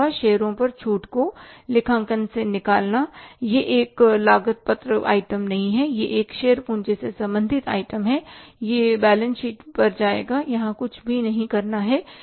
शेयरों पर छूट को लेखांकन से निकालना यह एक लागत पत्रक आइटम नहीं है यह एक शेयर पूँजी से संबंधित आइटम है यह बैलेंस शीट पर जाएगा और यहां कुछ भी नहीं करना है